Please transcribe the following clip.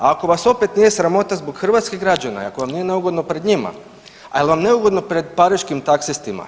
A ako vas opet nije sramota zbog hrvatskih građana i ako vam nije neugodno pred njima, a je li vam neugodno pred pariškim taksistima?